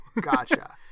Gotcha